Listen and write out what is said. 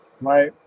right